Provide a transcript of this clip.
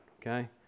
Okay